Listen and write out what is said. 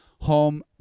home